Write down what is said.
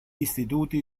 istituti